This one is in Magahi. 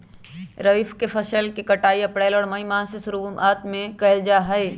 रबी के फसल के कटाई अप्रैल और मई माह के शुरुआत में कइल जा हई